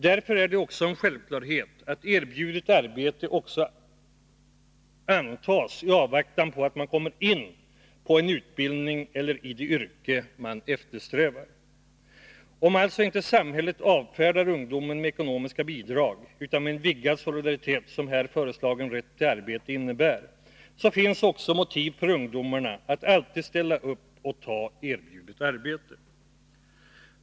Därför är det en självklarhet att erbjudet arbete också skall antas i avvaktan på att man kommer in på en utbildning eller i det yrke man eftersträvar. Om samhället alltså inte avfärdar ungdomen med ekonomiska bidrag, utan ställer upp med den vidgade solidaritet som här föreslagen rätt till arbete innebär, finns det också motiv för ungdomarna att alltid ställa upp och ta erbjudet arbete.